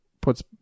puts